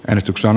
äänestyksen